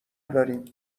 داریم